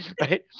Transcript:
right